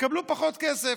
תקבלו פחות כסף.